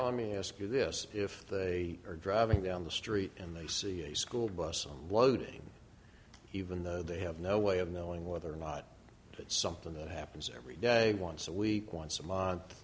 on me ask you this if they are driving down the street and they see a school bus loading even though they have no way of knowing whether or not it's something that happens every day once a week once a month